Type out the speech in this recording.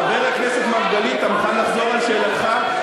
חבר הכנסת מרגלית, אתה מוכן לחזור על שאלתך?